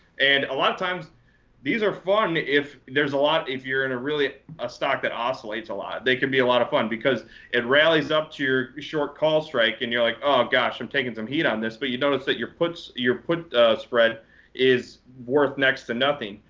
and a lot of times these are fine if there's a lot if you're in a really a stock that oscillates a lot. they can be a lot of fun, because it rallies up to your short call strike, and you're like, oh gosh, i'm taking some heat on this, but you notice that your puts your put spread is worth next to nothing.